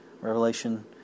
Revelation